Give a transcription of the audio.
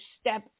step